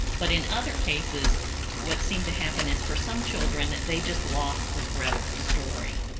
but in other cases what seemed to happen is for some children they just lost the thread of the story.